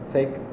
Take